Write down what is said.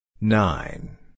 Nine